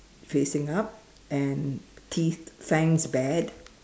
facing up and teeth fangs bad